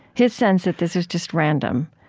his sense that this was just random.